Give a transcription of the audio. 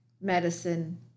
medicine